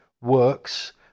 works